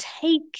take